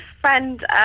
friend